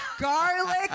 Garlic